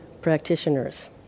practitioners